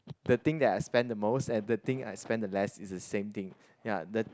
the thing that I spend the most and the thing I spend the less is the same thing ya the